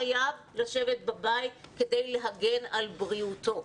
כדי להגן על בריאותו.